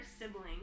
sibling